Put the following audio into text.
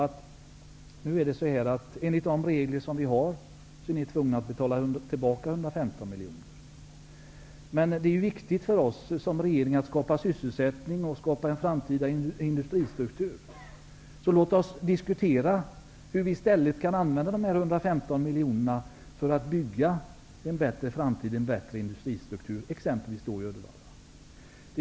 Där kunde framhållas att företaget enligt gällande regler är skyldigt att betala tillbaka 115 miljoner kronor, men att det är viktigt för regeringen att främja sysselsättning och att skapa en framtida industristruktur. Låt oss då diskutera hur vi i stället kan använda de 115 miljonerna för att bygga en bättre framtid och industristruktur i exempelvis Uddevalla!